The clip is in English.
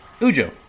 Ujo